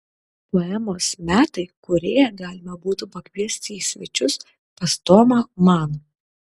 poemos metai kūrėją galima būtų pakviesti į svečius pas tomą maną